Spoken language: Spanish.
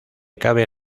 cabe